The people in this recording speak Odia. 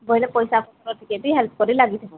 ପଇସା ପତର ଟିକେ ଦି ହେଲ୍ପ କରି ଲାଗି ଥିବ